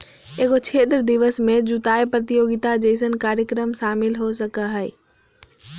एगो क्षेत्र दिवस में जुताय प्रतियोगिता जैसन कार्यक्रम शामिल हो सकय हइ